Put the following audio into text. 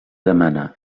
demana